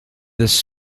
this